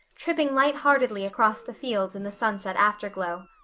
tripping lightheartedly across the fields in the sunset afterglow.